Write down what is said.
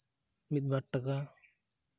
ᱢᱤᱫ ᱵᱟᱴ ᱴᱟᱠᱟ